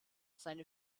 seine